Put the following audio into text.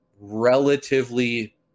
relatively